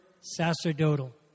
Sacerdotal